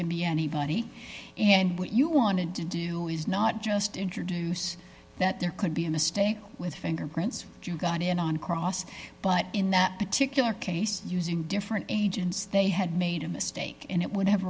can be anybody and what you wanted to do is not just introduce that there could be a mistake with fingerprints you got in on cross but in that particular case using different agents they had made a mistake and it would have